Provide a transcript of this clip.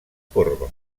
corba